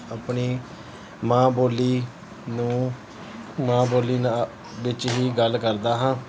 ਆਪਣੀ ਮਾਂ ਬੋਲੀ ਨੂੰ ਮਾਂ ਬੋਲੀ ਨਾਲ ਵਿੱਚ ਹੀ ਗੱਲ ਕਰਦਾ ਹਾਂ